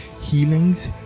healings